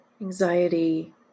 anxiety